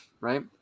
right